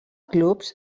clubs